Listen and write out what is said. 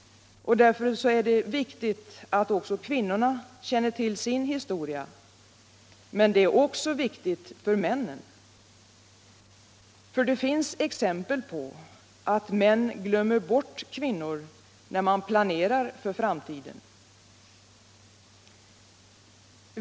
Därför är det viktigt att kvinnorna känner till sin historia. Men det är också viktigt för männen, för det finns exempel på att män glömmer bort kvinnor när man plancrar för framtiden.